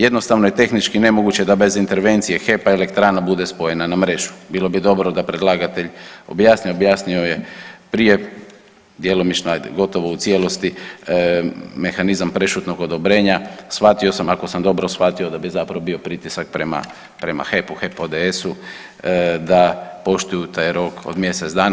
Jednostavno je tehnički nemoguće da bez intervencije HEP-a elektrana bude spojena na mrežu, bilo bi dobro da predlagatelj objasni, objasnio je prije djelomično ajde, gotovo u cijelosti mehanizam prešutnog odobrenja shvatio sam, ako sam dobro shvatio da bi zapravo bio pritisak prema, prema HEP-u, HEP ODS-u da poštuju taj rok od mjesec dana.